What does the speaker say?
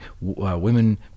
women